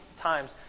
times